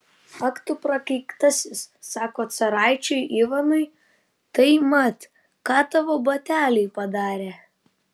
ak tu prakeiktasis sako caraičiui ivanui tai mat ką tavo bateliai padarė